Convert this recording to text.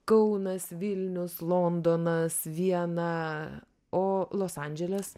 kaunas vilnius londonas viena o los andželas